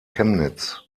chemnitz